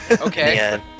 okay